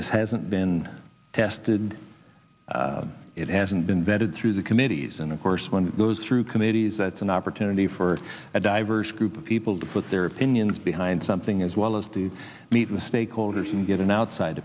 this hasn't been tested it hasn't been vetted through the committees and of course when it goes through committees that's an opportunity for a diverse group of people to put their opinions behind something as well as the meet the stakeholders and get an outside